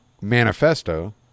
manifesto